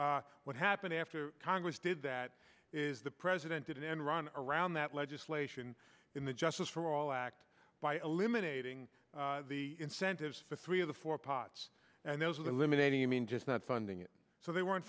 what happened after congress did that is the president did an end run around that legislation in the justice for all act by eliminating the incentives for three of the four pots and those eliminating i mean just not funding it so they weren't